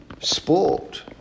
sport